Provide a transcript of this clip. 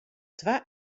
twa